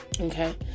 okay